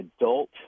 adult